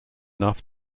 enough